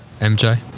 MJ